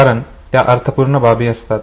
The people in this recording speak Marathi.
कारण त्या अर्थपूर्ण बाबी असतात